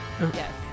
yes